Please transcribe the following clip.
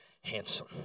handsome